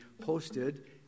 posted